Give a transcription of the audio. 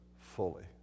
fully